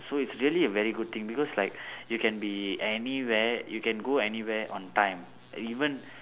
so it's really a very good thing because like you can be anywhere you can go anywhere on time even